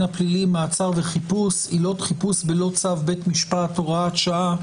הפלילי (מעצר וחיפוש) (עילות חיפוש בלא צו בית משפט) (הוראת שעה),